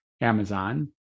Amazon